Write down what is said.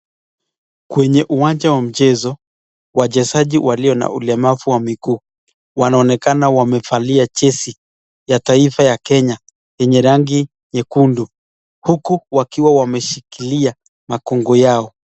Kwenye wanja wa mchezo, wachezaji walio na ulemavu wa miguu ,wanaonekana wamevalia jezi ya taifa ya kenya yenye rangi nyekundu huku wakiwa wameshikilia makungu yao.